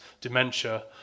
dementia